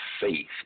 faith